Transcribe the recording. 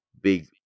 big